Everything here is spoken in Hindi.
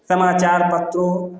समाचार पत्रों